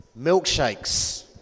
milkshakes